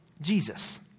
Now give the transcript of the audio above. Jesus